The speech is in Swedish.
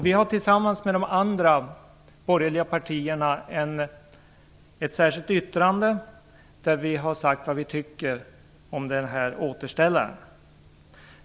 Vi har tillsammans med de andra borgerliga partierna i ett särskilt yttrande sagt vad vi tycker om den här återställaren.